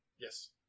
Yes